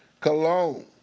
Cologne